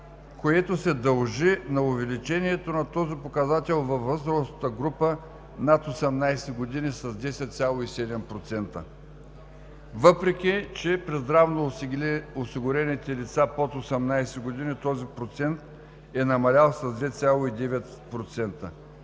което се дължи на увеличението на този показател във възрастовата група над 18 години – с 10,7%, въпреки че при здравноосигурените лица под 18 години този процент е намалял с 2,9%.